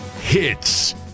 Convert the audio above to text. Hits